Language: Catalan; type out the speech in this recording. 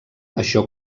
això